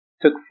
Took